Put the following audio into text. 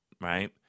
right